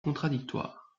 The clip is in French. contradictoires